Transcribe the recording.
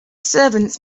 servants